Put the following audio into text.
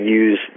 use